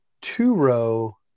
two-row